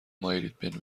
مایلید